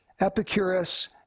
Epicurus